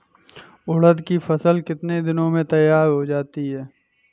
उड़द की फसल कितनी दिनों में तैयार हो जाती है?